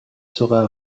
sera